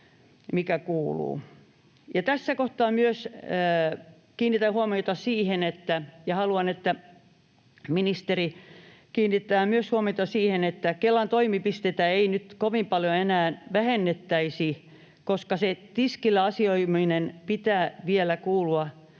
myös ministeri kiinnittää huomiota siihen — että Kelan toimipisteitä ei nyt kovin paljoa enää vähennettäisi, koska tiskillä asioimisen pitää vielä kuulua